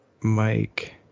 Mike